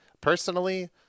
personally